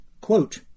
Quote